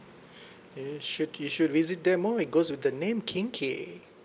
you should you should visit them more it goes with the name kinki